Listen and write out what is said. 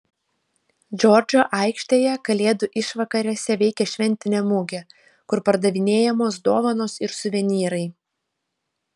džordžo aikštėje kalėdų išvakarėse veikia šventinė mugė kur pardavinėjamos dovanos ir suvenyrai